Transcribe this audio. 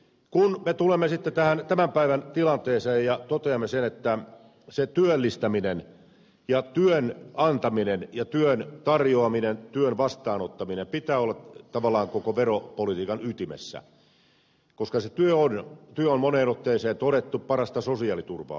kun me tulemme sitten tähän tämän päivän tilanteeseen toteamme sen että sen työllistämisen työn tarjoamisen ja työn vastaanottamisen pitää olla tavallaan koko veropolitiikan ytimessä koska sen työn on moneen otteeseen todettu olevan parasta sosiaaliturvaa